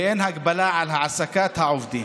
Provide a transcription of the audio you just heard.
ואין הגבלה על העסקת העובדים.